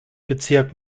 bezirk